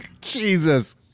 Jesus